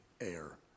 air